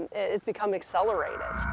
it's become accelerated.